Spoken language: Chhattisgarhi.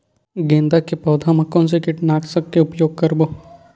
गेंदा के पौधा म कोन से कीटनाशक के उपयोग करबो?